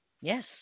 Yes